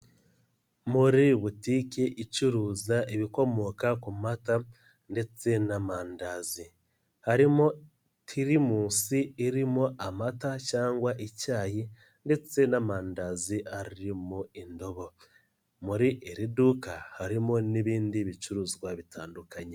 Muri butiki icuruza ibikomoka ku mata ndetse n'amandazi, harimo tirimusi irimo amata cyangwa icyayi ndetse n'amandazi ari mu indobo, muri iri duka harimo n'ibindi bicuruzwa bitandukanye.